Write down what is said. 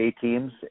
teams